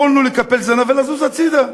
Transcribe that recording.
יכולנו לקפל זנב ולזוז הצדה,